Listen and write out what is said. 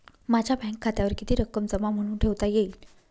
माझ्या बँक खात्यावर किती रक्कम जमा म्हणून ठेवता येईल?